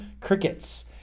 crickets